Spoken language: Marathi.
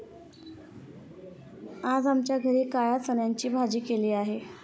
आज आमच्या घरी काळ्या चण्याची भाजी केलेली आहे